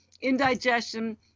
indigestion